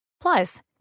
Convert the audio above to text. Plus